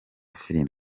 filimi